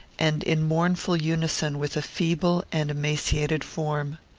and in mournful unison with a feeble and emaciated form.